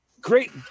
Great